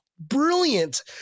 brilliant